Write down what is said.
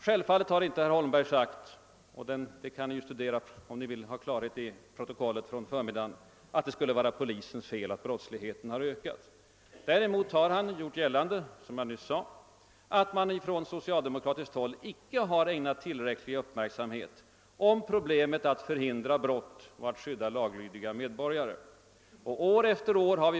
Självfallet har inte herr Holmberg sagt, vilket torde framgå av protokollet från förmiddagens debatt, att det skulle vara »polisens fel» att brottsligheten har ökat. Däremot har han, som jag nyss sade, gjort gällande att man från socialdemokratiskt håll icke har ägnat tillräcklig uppmärksamhet åt problemet att förhindra brott och att skydda laglydiga medborgare.